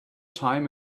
time